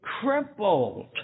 crippled